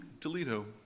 Toledo